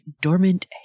dormant